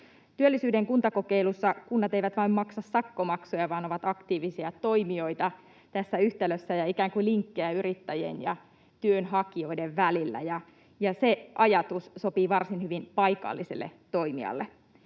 Työllisyyden kuntakokeilussa kunnat eivät vain maksa sakkomaksuja vaan ovat aktiivisia toimijoita tässä yhtälössä ja ikään kuin linkkejä yrittäjien ja työnhakijoiden välillä, ja se ajatus sopii varsin hyvin paikalliselle toimijalle.